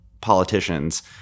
politicians